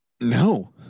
No